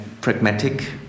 pragmatic